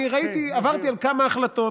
ראיתי, עברתי על כמה החלטות: